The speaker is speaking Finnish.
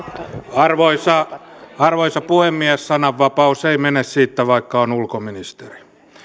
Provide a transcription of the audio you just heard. arvoisa arvoisa puhemies sananvapaus ei mene siitä vaikka on ulkoministeri